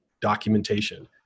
documentation